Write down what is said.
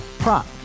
Prop